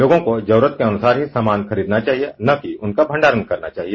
लोगों को जरूरत के अनुसार ही सामान खरीदना चाहिए न कि उनका भंडारण करना चाहिए